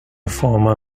former